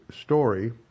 story